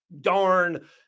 darn